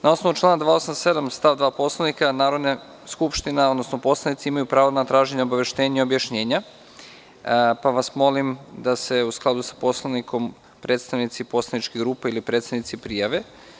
Na osnovu člana 287. stav 2. Poslovnika, Narodna skupština, odnosno poslanici imaju pravo na traženje obaveštenja i objašnjenja, pa vas molim da se u skladu sa Poslovnikom predstavnici poslaničkih grupa ili predsednici prijave.